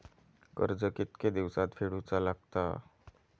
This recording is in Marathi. कर्ज कितके दिवसात फेडूचा लागता?